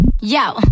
yo